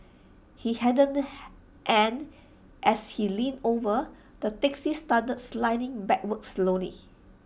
he hadn't and as he leaned over the taxi started sliding backwards slowly